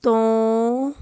ਤੋਂ